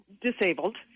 disabled